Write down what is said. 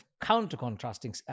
counter-contrasting